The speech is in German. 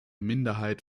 minderheit